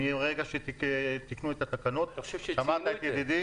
מרגע שתיקנו את התקנות, שמעת את ידידי